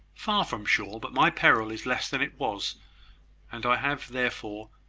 far from sure but my peril is less than it was and i have, therefore,